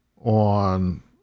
on